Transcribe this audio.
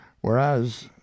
whereas